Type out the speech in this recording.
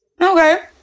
Okay